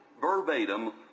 verbatim